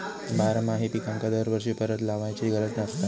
बारमाही पिकांका दरवर्षी परत लावायची गरज नसता